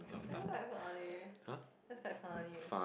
also quite funny that's quite funny